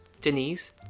Denise